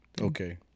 Okay